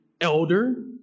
elder